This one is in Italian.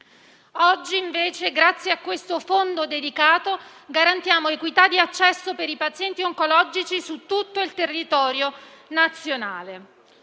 invece, grazie a questo fondo dedicato, garantiamo equità di accesso per i pazienti oncologici su tutto il territorio nazionale.